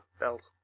belt